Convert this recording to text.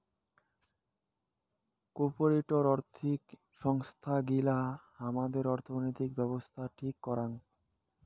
corporate আর্থিক সংস্থান গিলা হামাদের অর্থনৈতিক ব্যাবছস্থা ঠিক করাং